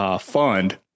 fund